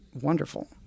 wonderful